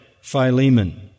Philemon